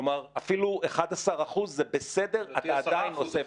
כלומר, אפילו 11% זה בסדר, אתה עדיין אפקטיבי.